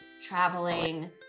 traveling